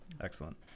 Excellent